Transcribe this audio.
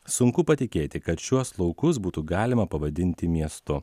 sunku patikėti kad šiuos laukus būtų galima pavadinti miestu